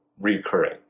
recurring